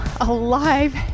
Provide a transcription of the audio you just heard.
alive